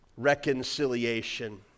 reconciliation